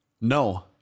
No